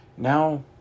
now